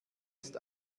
ist